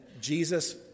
Jesus